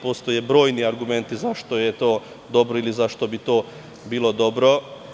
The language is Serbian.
Postoje brojni argumenti zašto je to dobro ili zašto bi to bilo dobro.